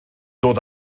dod